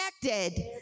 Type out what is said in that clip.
connected